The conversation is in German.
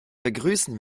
begrüßen